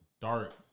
dark